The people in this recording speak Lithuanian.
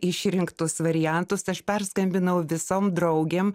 išrinktus variantus aš perskambinau visom draugėm